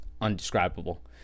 undescribable